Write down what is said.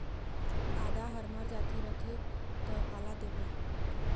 आदा हर मर जाथे रथे त काला देबो?